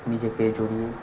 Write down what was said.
নিজেকে জড়িয়ে